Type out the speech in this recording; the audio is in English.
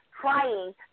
trying